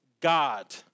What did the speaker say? God